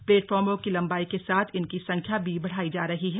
प्लेटफार्मों की लंबाई के साथ इनकी संख्या भी बढ़ाई जा रही है